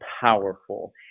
powerful